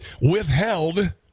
withheld